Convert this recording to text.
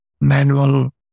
manual